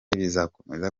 bizakomeza